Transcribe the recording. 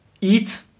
eat